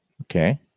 Okay